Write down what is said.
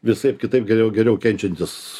visaip kitaip geriau geriau kenčiantis